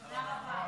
תודה רבה.